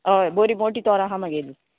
हय बोरी मोटी तोरां आहा मागेली